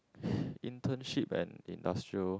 internship and industrial